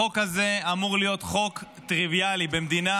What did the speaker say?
החוק הזה אמור להיות חוק טריוויאלי במדינה